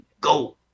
go